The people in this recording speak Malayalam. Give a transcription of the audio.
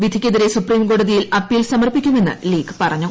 വിധിയ്ക്കെതിരെ സുപ്രീംകോടതിയിൽ അപ്പീൽ സമർപ്പിക്കുമെന്ന് ലീഗ് പറഞ്ഞു